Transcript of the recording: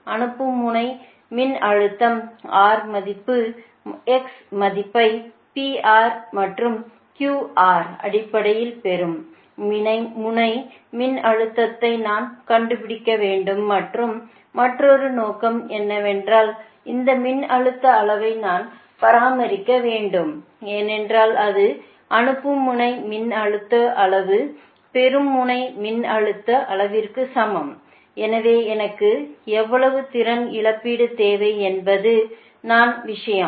அனுப்பும் முனை மின்னழுத்தம் R மதிப்பு X மதிப்பை அடிப்படையில் பெறும் முனை மின்னழுத்தத்தை நான் கண்டுபிடிக்க வேண்டும் மற்றும் மற்றொரு நோக்கம் என்னவென்றால் இந்த மின்னழுத்த அளவை நான் பராமரிக்க வேண்டும் என்றால் அது அனுப்பும் முனை மின்னழுத்த அளவு பெறும் முனை மின்னழுத்த அளவிற்கு சமம்இங்கே எனக்கு எவ்வளவு திறன் இழப்பீடு தேவை என்பது தான் விஷயம்